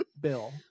Bill